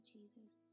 Jesus